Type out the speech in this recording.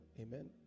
amen